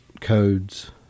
codes